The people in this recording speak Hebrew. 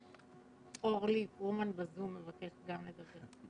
אורלי פרומן בזום, היא גם מבקשת לדבר.